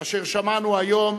אשר שמענו היום.